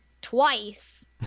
twice